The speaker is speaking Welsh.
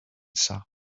saff